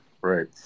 Right